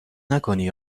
نکنی